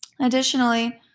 Additionally